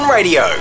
Radio